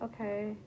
Okay